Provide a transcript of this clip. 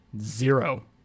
Zero